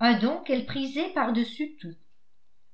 un don qu'elle prisait par dessus tout